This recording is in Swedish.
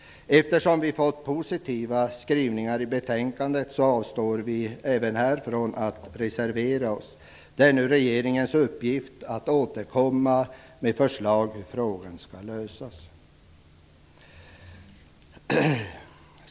Eftersom vi fått positiva skrivningar i betänkandet avstår vi även här från att reservera oss. Det är nu regeringens uppgift att återkomma med förslag till hur frågan skall lösas.